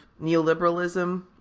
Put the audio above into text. neoliberalism